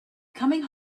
coming